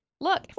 Look